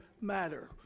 matter